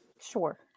Sure